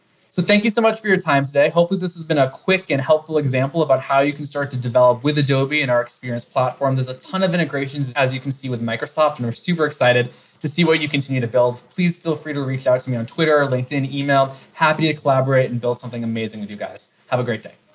so thank you so much for your time today. hopefully this has been a quick and helpful example about how you can start to develop with adobe and our experience platform. there's a ton of integrations, as you can see with microsoft and we're super excited to see what you continue to build. please feel free to reach out to me on twitter, or linkedin, e-mail. happy to collaborate and build something amazing with you guys. have a great day.